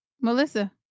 Melissa